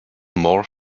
more